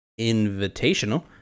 Invitational